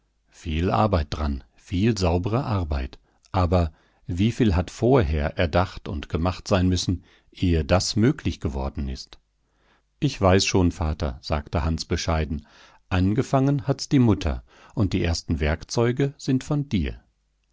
viel arbeit dran viel saubere arbeit aber wieviel hat vorher erdacht und gemacht sein müssen ehe das möglich geworden ist ich weiß schon vater sagte hans bescheiden angefangen hat's die mutter und die ersten werkzeuge sind von dir